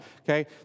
okay